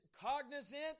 cognizant